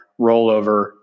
rollover